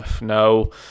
No